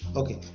okay